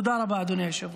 תודה רבה, אדוני היושב-ראש.